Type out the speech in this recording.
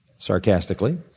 sarcastically